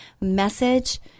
message